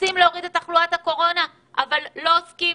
רוצים להוריד את התחלואה בקורונה אבל לא עוסקים,